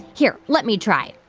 here. let me try.